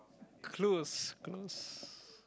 close close